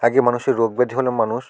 আগে মানুষের রোগ ব্যাধি হলে মানুষ